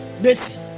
Mercy